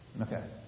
Okay